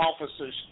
officers